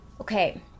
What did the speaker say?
Okay